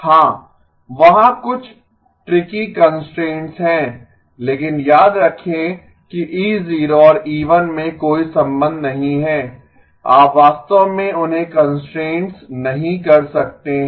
हां वहाँ कुछ ट्रिकी कंस्ट्रेंट्स हैं लेकिन याद रखें कि E0 और E1 में कोई संबंध नहीं है आप वास्तव में उन्हें कंस्ट्रेंट नहीं कर सकते है